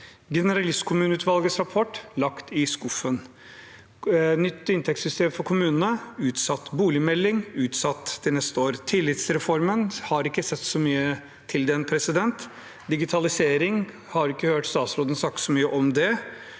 Generalistkommuneutvalgets rapport er lagt i skuffen, nytt inntektssystem for kommunene er utsatt, boligmeldingen er utsatt til neste år. Tillitsreformen har vi ikke sett så mye til. Digitalisering har vi ikke hørt statsråden snakke så mye om.